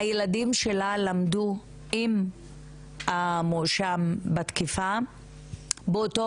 הילדים שלה למדו עם המואשם בתקיפה באותו